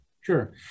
Sure